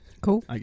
Cool